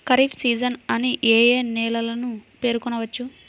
Kharif season అని ఏ ఏ నెలలను పేర్కొనవచ్చు?